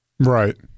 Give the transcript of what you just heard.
right